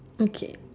okay